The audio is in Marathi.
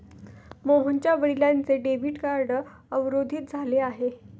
मोहनच्या वडिलांचे डेबिट कार्ड अवरोधित झाले आहे